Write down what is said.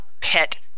Pet